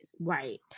Right